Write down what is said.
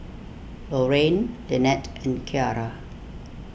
Lorraine Lynnette and Keara